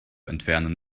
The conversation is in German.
entfernen